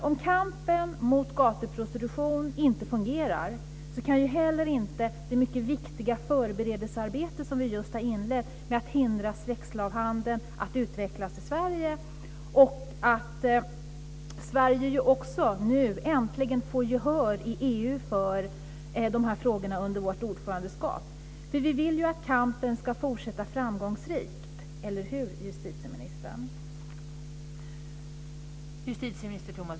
Om kampen mot gatuprostitution inte fungerar, kan inte heller det mycket viktiga förberedelsearbetet som just har inletts med att hindra sexslavhandel att utvecklas i Sverige fortsätta. Det gäller även att Sverige äntligen, under vårt ordförandeskap, får gehör i EU för frågorna. Vi vill ju att kampen ska fortsätta framgångsrikt. Eller hur, justitieministern?